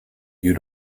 you